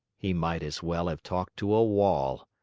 he might as well have talked to a wall.